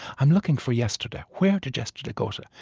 i'm looking for yesterday. where did yesterday go to?